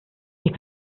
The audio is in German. ihr